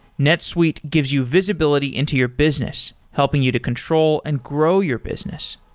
netsuite gives you visibility into your business, helping you to control and grow your business.